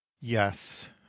yes